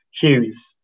Hughes